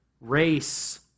race